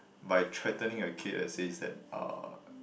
by threatening your kid it says that uh